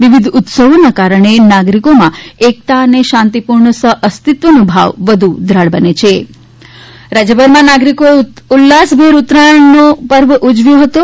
વિવિધ ઉત્સવોના કારણે નાગરિકોમાં એકતા અને શાંતિપૂર્ણ સહઅસ્તિત્વ નો ભાવ વધુ દૃઢ બને હાં રાજ્યભરમાં નાગરિકોએ ઉલ્લાસભેર ઉત્તરાયણનો પર્વ ઉજવ્યું હતું